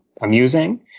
amusing